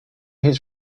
his